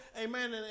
Amen